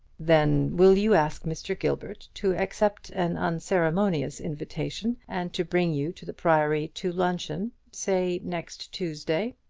then will you ask mr. gilbert to accept an unceremonious invitation, and to bring you to the priory to luncheon say next tuesday,